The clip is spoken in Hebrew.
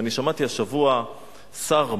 שמעתי השבוע שר,